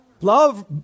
Love